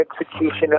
execution